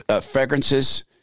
fragrances